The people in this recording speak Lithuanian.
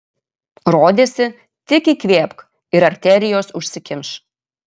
rodėsi tik įkvėpk ir arterijos užsikimš